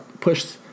push